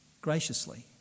graciously